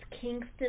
Kingston